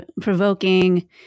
provoking